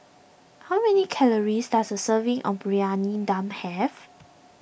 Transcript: how many calories does a serving of Briyani Dum have